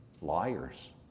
liars